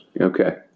Okay